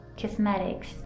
cosmetics